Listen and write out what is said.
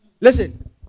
Listen